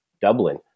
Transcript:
Dublin